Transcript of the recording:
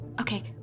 Okay